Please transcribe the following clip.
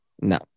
No